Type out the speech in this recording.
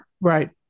Right